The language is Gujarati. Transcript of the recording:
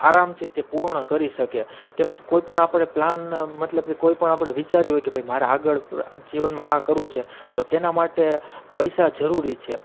આરામથી તે પૂર્ણ કરી શકે કેમ કે કોઈપણ આપણે પ્લાન મતલબ કે કોઈપણ આપણે વિચાર્યું હોય કે મારા આગળ જીવનમાં આ કરવું છે તો તેના માટે પૈસા જરૂરી છે